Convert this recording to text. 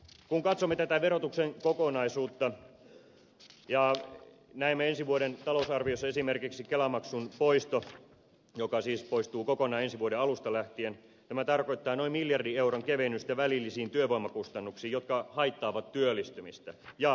kun katsomme tätä verotuksen kokonaisuutta ja näemme ensi vuoden talousarviossa esimerkiksi kelamaksun poiston kelamaksu siis poistuu kokonaan ensi vuoden alusta lähtien tämä tarkoittaa noin miljardin euron kevennystä välillisiin työvoimakustannuksiin jotka haittaavat työllistymistä ja työllistämistä